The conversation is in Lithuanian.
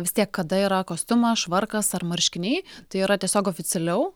vis tiek kada yra kostiumas švarkas ar marškiniai tai yra tiesiog oficialiau